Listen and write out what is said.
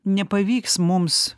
nepavyks mums